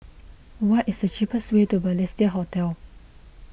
what is the cheapest way to Balestier Hotel